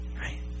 Right